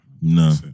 no